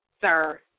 sir